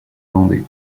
vendée